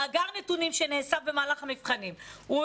מאגר נתונים שנאסף במהלך המבחנים יכול